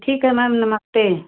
ठीक है मैम नमस्ते